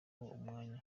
n’umwanya